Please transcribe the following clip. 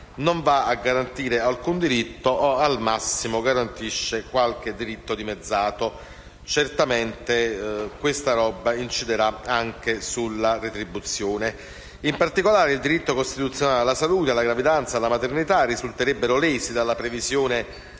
andrà a garantire alcun diritto o, al massimo, garantire qualche diritto dimezzato e certamente ciò inciderà anche sulla retribuzione. In particolare, i diritti costituzionali alla salute e alla maternità risulterebbero lesi dalla previsione